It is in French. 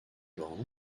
grande